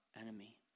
enemy